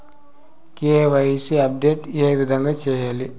KYC update ఏ విధంగా సేయాలి?